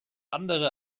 andere